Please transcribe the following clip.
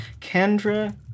Kendra